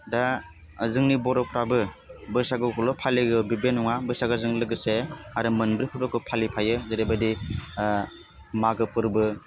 दा जोंनि बर'फ्राबो बैसागुखौल' फालियो बि बे नङा बैसागोजों लोगोसे आरो मोनब्रै फोरबोखौ फालिफायो जेरैबायदि मागो फोरबो